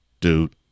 dude